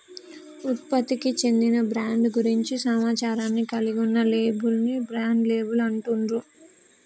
ఉత్పత్తికి చెందిన బ్రాండ్ గురించి సమాచారాన్ని కలిగి ఉన్న లేబుల్ ని బ్రాండ్ లేబుల్ అంటుండ్రు